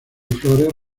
flores